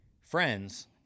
Friends